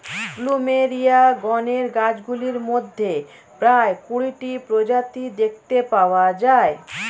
plumeria গণের গাছগুলির মধ্যে প্রায় কুড়িটি প্রজাতি দেখতে পাওয়া যায়